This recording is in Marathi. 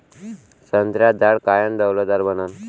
संत्र्याचं झाड कायनं डौलदार बनन?